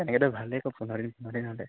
তেনেকৈতো ভালেই আকৌ পোন্ধৰ দিন পোন্ধৰ দিন হ'লে